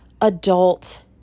adult